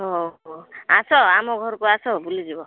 ହଉ ଆସ ଆମ ଘରକୁ ଆସ ବୁଲିଯିବ